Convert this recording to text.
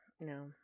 no